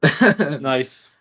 nice